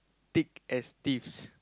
thick as thieves